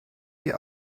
die